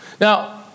Now